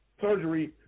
surgery